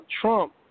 Trump